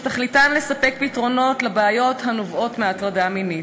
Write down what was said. שתכליתן לספק פתרונות לבעיות הנובעות מהטרדה מינית.